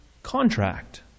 contract